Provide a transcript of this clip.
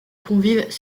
convives